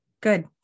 Good